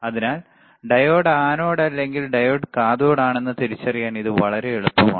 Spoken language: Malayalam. അതിനാൽ ഡയോഡ് ആനോഡ് അല്ലെങ്കിൽ ഡയോഡ് കാഥോഡ് ആണെന്ന് തിരിച്ചറിയാൻ ഇത് വളരെ എളുപ്പമാണ്